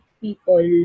People